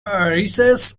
recess